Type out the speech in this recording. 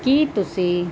ਕਿ ਤੁਸੀਂ